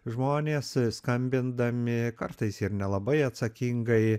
žmonės skambindami kartais ir nelabai atsakingai